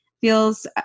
feels